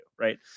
right